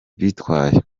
bitwaye